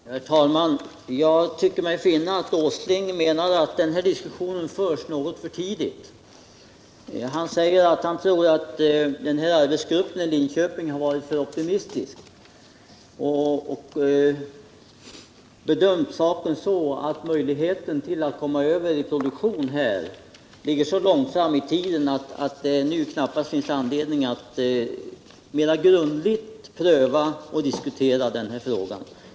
Herr talman! Jag tycker mig finna att Nils Åsling menar att den här diskussionen förs något för tidigt. Han tror att arbetsgruppen i Linköping varit för optimistisk, och han bedömer att möjligheten till produktion ligger så långt fram i tiden att det nu knappast finns anledning att mer grundligt diskutera frågan.